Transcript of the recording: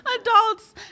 Adults